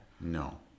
No